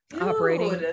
operating